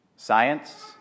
Science